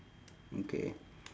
okay